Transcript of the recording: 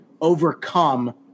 overcome